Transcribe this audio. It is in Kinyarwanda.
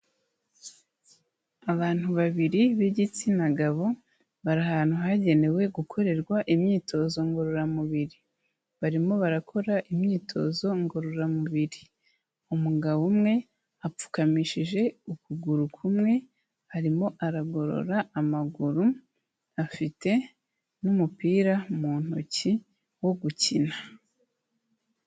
Abantu babiri b'igitsina gabo bari ahantu hagenewe gukorerwa imyitozo ngororamubiri, barimo barakora imyitozo ngororamubiri, umugabo umwe apfukamishije ukuguru kumwe arimo aragorora amaguru, afite n'umupira mu ntoki wo gukina.